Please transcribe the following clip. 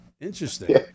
Interesting